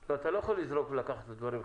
לא, אתה לא יכול לזרוק ולקחת את הדברים בחזרה.